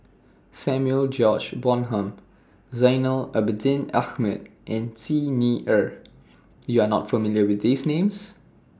Samuel George Bonham Zainal Abidin Ahmad and Xi Ni Er YOU Are not familiar with These Names